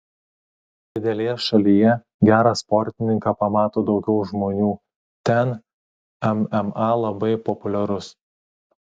didelėje šalyje gerą sportininką pamato daugiau žmonių ten mma labai populiarus